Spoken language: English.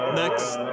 next